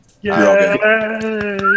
Yay